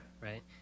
right